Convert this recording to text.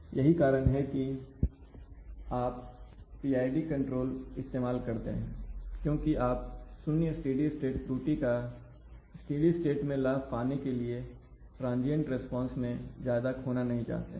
यही कारण है कि आप PID कंट्रोल इस्तेमाल करते हैं क्योंकि आप 0 स्टेडी स्टेट त्रुटि का स्टेडी स्टेट में लाभ पाने के लिए ट्रांजियंट रिस्पांस में ज्यादा खोना नहीं चाहते हैं